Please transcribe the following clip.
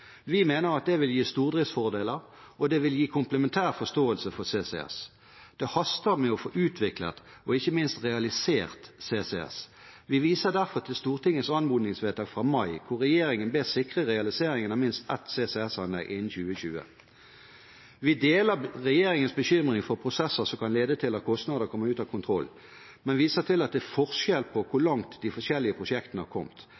Vi mener det vil gi stordriftsfordeler, og det vil gi komplementær forståelse for CCS. Det haster med å få utviklet og ikke minst realisert CCS. Vi viser derfor til Stortingets anmodningsvedtak fra mai hvor regjeringen bes sikre realisering av minst ett CCS-anlegg innen 2020. Vi deler regjeringens bekymring for prosesser som kan lede til at kostnader kommer ut av kontroll, men viser til at det er forskjell på hvor langt de forskjellige prosjektene har kommet.